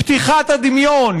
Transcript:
פתיחת הדמיון,